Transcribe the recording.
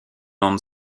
non